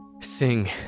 sing